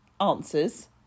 answers